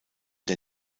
der